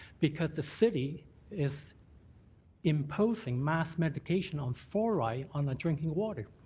because the city is imposing mass medication on fluoride on the drinking water.